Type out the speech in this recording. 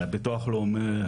ביטוח לאומי,